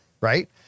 Right